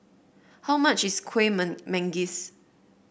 how much is Kueh Men Manggis